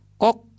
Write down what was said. Kok